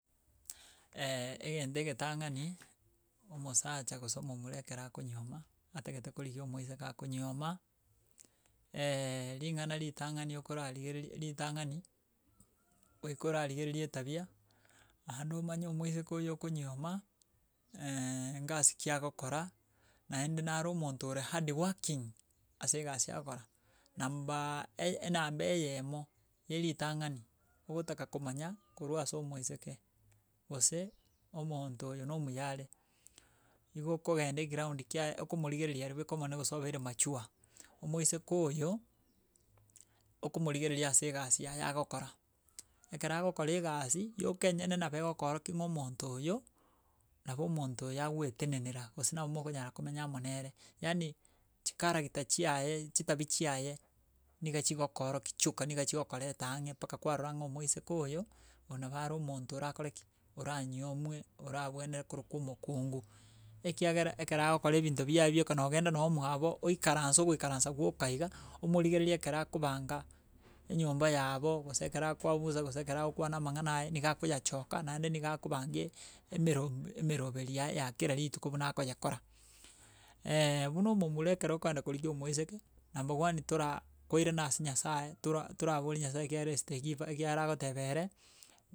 egento egetang'ani, omosacha gose omomura ekere akonyioma, atagete korigia omoiseke akonyioma ring'ana ritang'ani okora rigereria ritang'ani goika orarigereria etabia, aende omanye omoiseke oyo okonyioma ngasi ki agokora, naende nare omonto ore hardworking, ase egasi agokora. Numberrrrr enamba eyemo, ya eritang'ani ogotaka komanya korwa ase omoiseke, gose omonto oyo na omuyare, igo okogenda eground kiaye, okomorigereri ere bweka omonene gose obeire mature, omoiseke oyo, okomorigereria ase egasi yaye agokora ekero agokora egasi, yoka enyene nabo egokooroki ng'a omonto oyo nabo omonto oyo agoetenenera gose nabo mokonyara komenya amo nere, yaani chicharacter chiaye chitabia chiaye, niga chigokooroki chioka nigo chigokoreta ang'e mpaka kwarora ng'a omoiseke oyo, oyo nabo are omonto orakore ki, oranyiomwe, orabwenere korokwa omokungu ekiagera, ekero agokora ebinto biaye bioka nogenda noo mwabo, oikaranse ogoikaransa gwoka iga, omorigereri ekero akobanga enyomba yabo, gose ekero akoabusa gose ekero agokwana amang'ana aye niga akoyachoka naende niga akobangaa emero emeroberi yaye ya kera rituko buna akoyekora. buna omomura ekero okoenda korigia omoiseke, number one tora koirana ase nyasaye, tora torabori nyasaye ekiagera is the giver ekiagera ogoteba ere.